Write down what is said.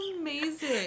amazing